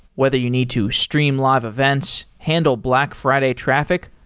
whether you need to stream live events, handle black friday traffic,